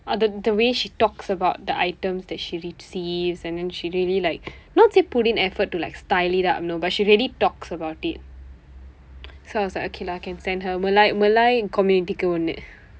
அதோட:athooda the way she talks about the items that she receives and and then she really like not say put in effort to like style it up you know but she really talks about it so I was like okay lah can send her Malay Malay malaai community-ku ஒன்னு:onnu